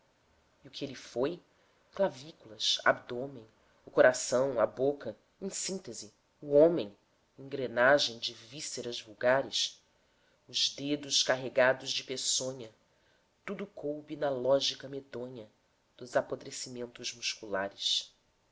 e o que ele foi clavículas abdômen o coração a boca em síntese o homem engrenagem de vísceras vulgares os dedos carregados de peçonha tudo coube na lógica medonha dos apodrecimentos musculares